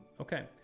Okay